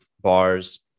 bars